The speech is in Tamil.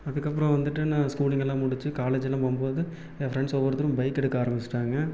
அதுக்கப்புறம் வந்துவிட்டு நான் ஸ்கூலிங்கெல்லாம் முடித்து காலேஜுல்லாம் போகும்போது என் ஃப்ரெண்ட்ஸ் ஒவ்வொருத்தரும் பைக் எடுக்க ஆரம்மிச்சிட்டாங்க